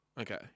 Okay